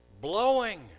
blowing